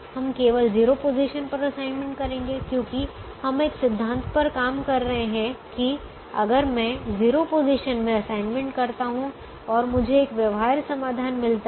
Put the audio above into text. हम केवल 0 पोजीशन पर असाइनमेंट करेंगे क्योंकि हम एक सिद्धांत पर काम कर रहे हैं कि अगर मैं 0 पोजीशन में असाइनमेंट करता हूं और मुझे एक व्यवहार्य समाधान मिलता है